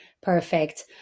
perfect